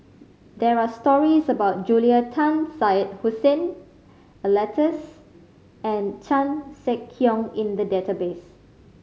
there are stories about Julia Tan Syed Hussein Alatas and Chan Sek Keong in the database